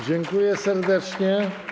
Dziękuję serdecznie.